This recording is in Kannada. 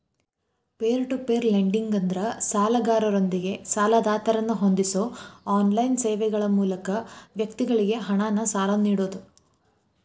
ಪೇರ್ ಟು ಪೇರ್ ಲೆಂಡಿಂಗ್ ಅಂದ್ರ ಸಾಲಗಾರರೊಂದಿಗೆ ಸಾಲದಾತರನ್ನ ಹೊಂದಿಸೋ ಆನ್ಲೈನ್ ಸೇವೆಗಳ ಮೂಲಕ ವ್ಯಕ್ತಿಗಳಿಗಿ ಹಣನ ಸಾಲ ನೇಡೋದು